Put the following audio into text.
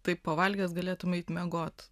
tai pavalgęs galėtum eit miegot